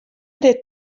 dit